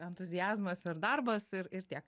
entuziazmas ir darbas ir ir tiek